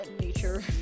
nature